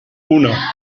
uno